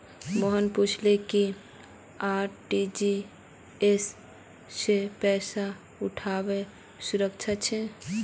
मोहन पूछले कि आर.टी.जी.एस स पैसा पठऔव्वा सुरक्षित छेक